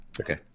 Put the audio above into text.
okay